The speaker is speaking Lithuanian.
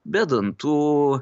be dantų